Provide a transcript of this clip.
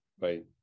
right